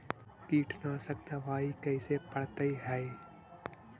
कीटनाशक दबाइ कैसे पड़तै है?